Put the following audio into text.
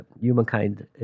humankind